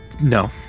no